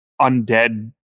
undead